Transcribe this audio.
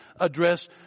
address